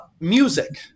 music